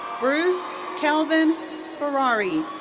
bruce kelvin ferran.